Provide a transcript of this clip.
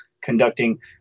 conducting